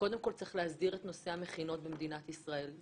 קודם כל צריך להסדיר את נושא המכינות במדינת ישראל,